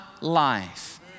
life